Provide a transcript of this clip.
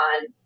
on